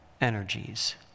energies